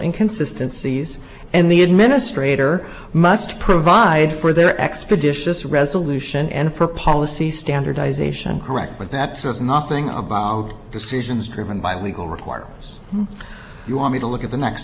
in consistencies and the administrator must provide for their expeditious resolution and for policy standardize ation correct but that says nothing about decisions driven by legal requires you or me to look at the next